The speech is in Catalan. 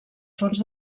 fons